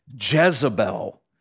Jezebel